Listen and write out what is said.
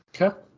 Okay